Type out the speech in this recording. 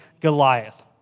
Goliath